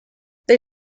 they